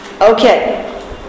Okay